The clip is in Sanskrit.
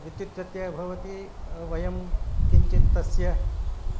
विद्युत् व्यत्ययः भवति वयं किञ्चित् तस्य